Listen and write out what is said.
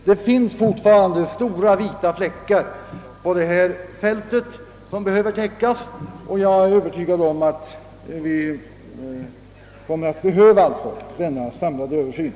Det finns fortfarande stora vita fläckar på vuxenutbildningens vida fält och vi kommer enligt min mening att behöva en samlad översyn.